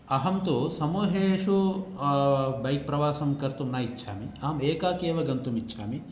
अहं तु समूहेषु बैक् प्रवासं कर्तुं न इच्छामि अहम् एकाकी एव गन्तुमिच्छामि